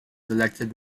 elected